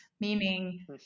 meaning